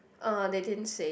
uh they didn't say